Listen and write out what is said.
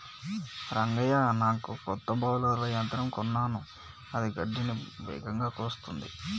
రంగయ్య నాకు కొత్త బౌలర్ల యంత్రం కొన్నాను అది గడ్డిని వేగంగా కోస్తుంది